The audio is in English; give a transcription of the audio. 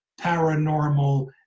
paranormal